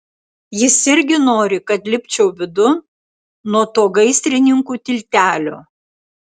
jis irgi nori kad lipčiau vidun nuo to gaisrininkų tiltelio